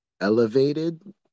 elevated